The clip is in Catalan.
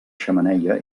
xemeneia